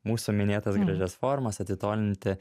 mūsų minėtas gražias formas atitolinti